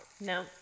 No